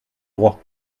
droit